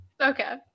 okay